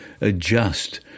adjust